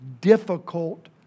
difficult